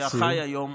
היה חי היום,